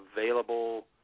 available